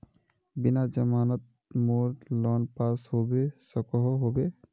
बिना जमानत मोर लोन पास होबे सकोहो होबे?